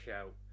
out